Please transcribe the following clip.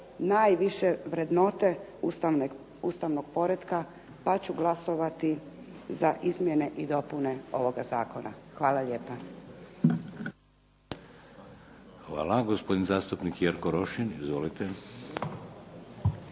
najviše vrednote ustavnog poretka pa ću glasovati za izmjene i dopune ovoga zakona. Hvala lijepa. **Šeks, Vladimir (HDZ)** Hvala. Gospodin zastupnik Jerko Rošin. Izvolite.